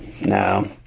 No